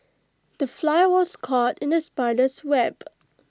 the fly was caught in the spider's web